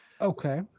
Okay